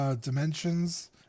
Dimensions